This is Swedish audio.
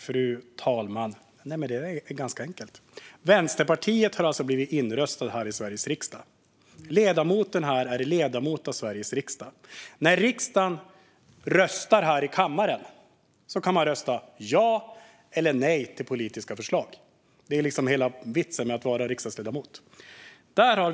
Fru talman! Det är ganska enkelt. Vänsterpartiet har blivit inröstat i Sveriges riksdag. Ledamoten är ledamot av Sveriges riksdag. När riksdagen röstar i kammaren kan man som ledamot rösta ja eller nej till politiska förslag. Det är liksom hela vitsen med att vara riksdagsledamot.